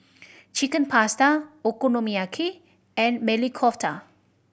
Chicken Pasta Okonomiyaki and Maili Kofta